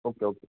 okay okay